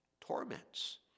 Torments